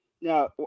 Now